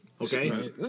okay